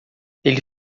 ele